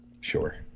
Sure